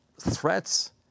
threats